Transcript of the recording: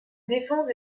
défense